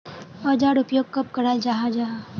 औजार उपयोग कब कराल जाहा जाहा?